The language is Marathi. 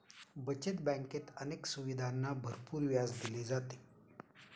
बचत बँकेत अनेक सुविधांना भरपूर व्याज दिले जाते